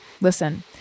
Listen